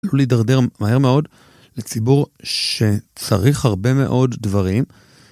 עלול להידרדר מהר מאוד לציבור שצריך הרבה מאוד דברים.